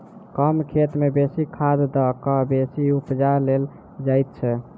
कम खेत मे बेसी खाद द क बेसी उपजा लेल जाइत छै